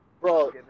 Bro